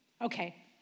Okay